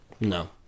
No